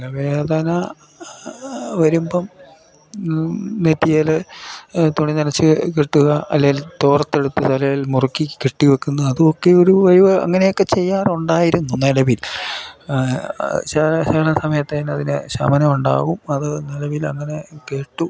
തലവേദന വരുമ്പം നെറ്റിയേൽ തുണി നനച്ച് കെട്ടുക അല്ലേൽ തോർത്തെടുത്ത് തലയിൽ മുറുക്കി കെട്ടി വെക്കുന്ന അതൊക്കെ ഒരു വഴിവ് അങ്ങനെയൊക്കെ ചെയ്യാറുണ്ടായിരുന്നു നിലവിൽ ചില വേദന സമയത്ത് അതിന് ശമനം ഉണ്ടാകും അത് നിലവിൽ അങ്ങനെ കേട്ടും